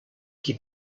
qui